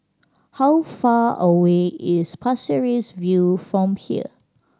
how far away is Pasir Ris View from here